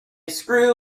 screw